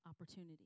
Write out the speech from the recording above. opportunity